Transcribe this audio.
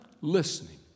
listening